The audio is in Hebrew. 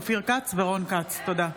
לקריאה ראשונה,